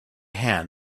hand